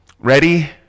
ready